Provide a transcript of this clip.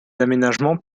aménagements